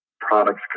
products